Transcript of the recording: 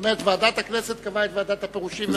זאת אומרת, ועדת הכנסת קבעה את ועדת הפירושים.